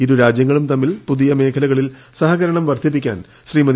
ഇരുരാജ്യങ്ങളും തമ്മിൽ പുതിയ മേഖലകളിൽ സഹകരണം വർദ്ധിപ്പിക്കാൻ ശ്രീമതി